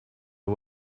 her